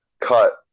cut